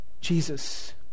Jesus